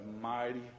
mighty